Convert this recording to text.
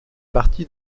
partie